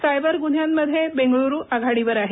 cyber गुन्हांमध्ये बेंगळूरू आघाडीवर आहे